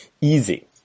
Easy